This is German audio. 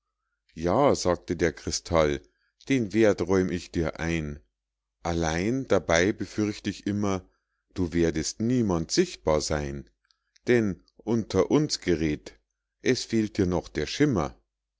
ja sagte der krystall den werth räum ich dir ein allein dabei befürcht ich immer du werdest niemand sichtbar seyn denn unter uns gered't es fehlt dir noch der schimmer